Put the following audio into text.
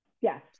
Yes